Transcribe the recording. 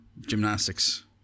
gymnastics